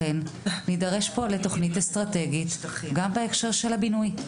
נידרש פה לתוכנית אסטרטגית גם בהקשר של הבינוי.